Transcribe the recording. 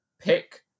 pick